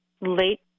late